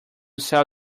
sail